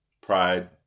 Pride